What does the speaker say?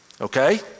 okay